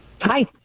Hi